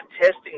testing